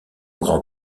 grand